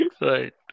Right